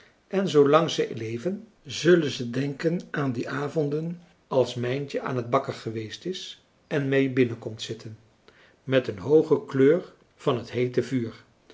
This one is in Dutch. en zoolang ze leven zullen ze denken aan die avonden als mijntje aan het bakken geweest is en mee françois haverschmidt familie en kennissen binnen komt zitten met een hooge kleur van het heete vuur